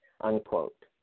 unquote